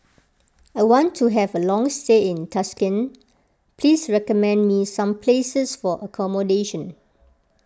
I want to have a long stay in Tashkent please recommend me some places for accommodation